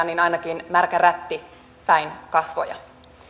niin ainakin märkä rätti päin kasvoja